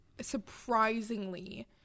surprisingly